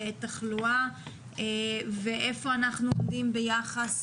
תחלואה ואיפה אנחנו עומדים ביחס